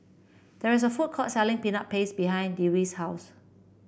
there is a food court selling Peanut Paste behind Dewey's house